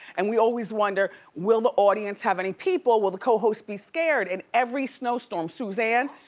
and we always wonder, will the audience have any people? will the cohost be scared? and every snowstorm, suzanne,